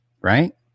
Right